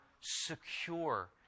secure